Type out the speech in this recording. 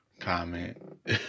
Comment